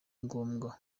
ngombwa